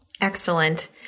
Excellent